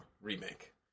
remake